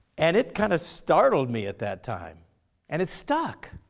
and it kind of startled me at that time and it stuck.